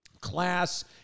class